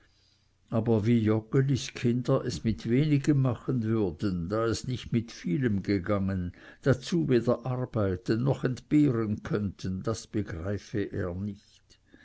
aber wie joggelis kinder es mit wenigem machen würden da es nicht mit vielem gegangen dazu weder arbeiten noch entbehren könnten das begreife er nicht